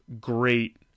great